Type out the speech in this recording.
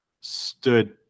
stood